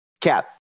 Cap